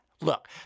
Look